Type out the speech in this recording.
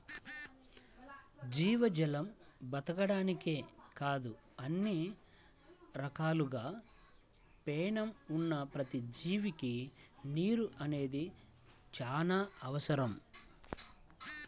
జీవజాలం బతకడానికే కాదు అన్ని రకాలుగా పేణం ఉన్న ప్రతి జీవికి నీరు అనేది చానా అవసరం